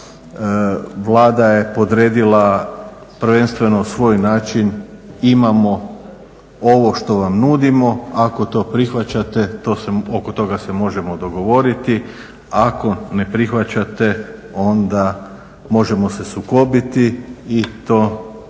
Vlada je podredila prvenstveno svoj način, imamo ovo što vam nudimo, ako to prihvaćate oko toga se možemo dogovoriti, ako ne prihvaćate onda možemo se sukobiti i to na